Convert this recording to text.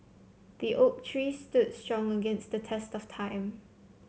the oak tree stood strong against the test of time